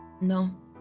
No